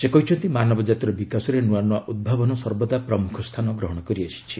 ସେ କହିଛନ୍ତି ମାନବ ଜାତିର ବିକାଶରେ ନୂଆ ନୂଆ ଉଦ୍ଭାବନ ସର୍ବଦା ପ୍ରମୁଖ ସ୍ଥାନ ଗ୍ରହଣ କରିଆସିଛି